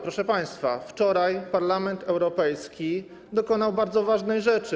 Proszę państwa, wczoraj Parlament Europejski dokonał bardzo ważnej rzeczy.